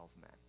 men